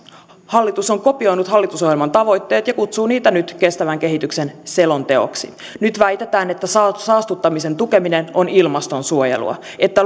hallitus on kopioinut hallitusohjelman tavoitteet ja kutsuu niitä nyt kestävän kehityksen selonteoksi nyt väitetään että saastuttamisen tukeminen on ilmastonsuojelua että